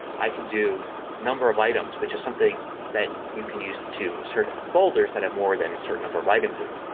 i can do number of items, which is something that you can use to search for folders that have more than a certain number of items in them.